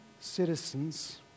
citizens